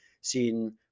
seen